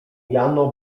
jano